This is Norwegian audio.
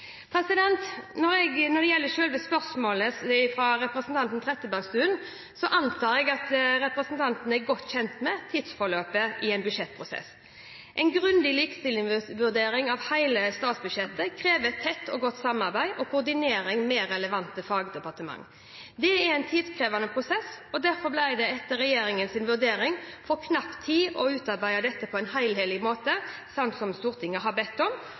Når det gjelder selve spørsmålet fra representanten Trettebergstuen, antar jeg at representanten er godt kjent med tidsforløpet i en budsjettprosess. En grundig likestillingsvurdering av hele statsbudsjettet krever et tett og godt samarbeid og koordinering med relevante fagdepartement. Det er en tidkrevende prosess, og derfor ble det etter regjeringens vurdering for knapp tid til å utarbeide dette på en helhetlig måte, slik Stortinget har bedt om.